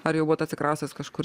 ar jau buvot atsikraustęs kažkur